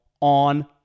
on